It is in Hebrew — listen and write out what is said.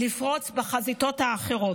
לפרוץ בחזיתות אחרות.